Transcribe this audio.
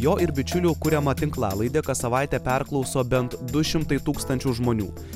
jo ir bičiulių kūriamą tinklalaidę kas savaitę perklauso bent du šimtai tūkstančių žmonių